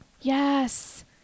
Yes